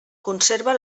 conserva